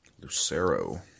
Lucero